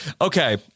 okay